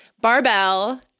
Barbell